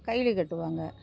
கைலி கட்டுவாங்க